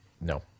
No